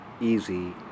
easy